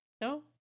no